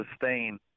sustain